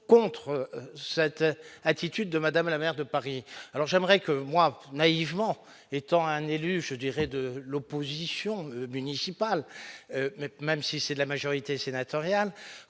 contre cette attitude de madame la maire de Paris alors j'aimerais que moi naïvement étant un élu je dirais de l'opposition municipale, même si c'est la majorité sénatoriale